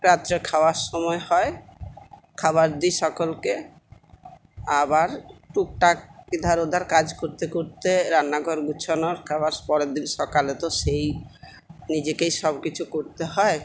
রাত্রে খাওয়ার সময় হয় খাবার দিই সকলকে আবার টুকটাক ইধার উধার কাজ করতে করতে রান্নাঘর গুছানো পরের দিন সকালে তো সেই নিজেকেই সব কিছু করতে হয়